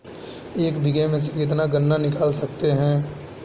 एक बीघे में से कितना गन्ना निकाल सकते हैं?